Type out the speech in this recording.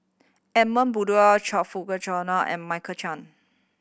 Edmund Blundell Choe Fook Cheong and Michael Chiang